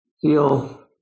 feel